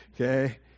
Okay